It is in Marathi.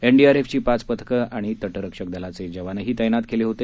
एनडीआरएफची पाच पथकं आणि तटरक्षक दलाचे जवानही तैनात केले होते